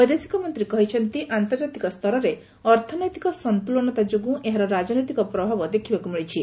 ବୈଦେଶିକ ମନ୍ତ୍ରୀ କହିଛନ୍ତି ଆନ୍ତର୍ଜାତିକ ସ୍ତରରେ ଅର୍ଥନୈତିକ ସନ୍ତୁଳନତା ଯୋଗୁଁ ଏହାର ରାଜନୈତିକ ପ୍ରଭାବ ଦେଖିବାକୁ ମିଳିଛି